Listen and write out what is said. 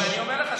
אבל אני אומר לך,